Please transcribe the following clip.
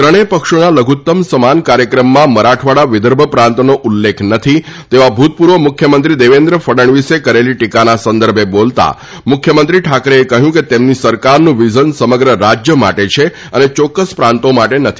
ત્રણેય પક્ષોના લધુત્તમ સમાન કાર્યક્રમમાં મરાઠવાડા વિદર્ભ પ્રાંતનો ઉલ્લેખ નથી તેવા ભુતપુર્વ મુખ્યમંત્રી દેવેન્દ્ર ફડણવીસે કરેલી ટીકાના સંદર્ભે બોલતા મુખ્યમંત્રી ઠાકરેએ જણાવ્યું હતું કે તેમની સરકારનું વિઝન સમગ્ર રાજય માટે છે અને ચોકકસ પ્રાંતો માટે નથી